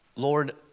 Lord